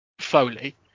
Foley